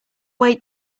wait